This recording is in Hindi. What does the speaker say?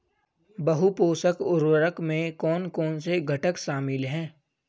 बहु पोषक उर्वरक में कौन कौन से घटक शामिल हैं?